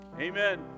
Amen